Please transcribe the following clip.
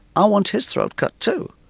i want his throat cut too.